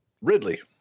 Ridley